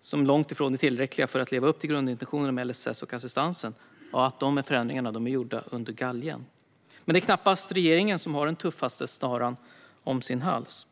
som är långt ifrån tillräckliga för att leva upp till grundintentionerna med LSS och assistansen, är gjorda under galgen. Men det är knappast regeringen som har den tuffaste snaran om sin hals.